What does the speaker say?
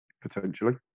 Potentially